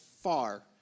far